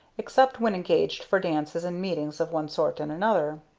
except when engaged for dances and meetings of one sort and another.